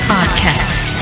Podcast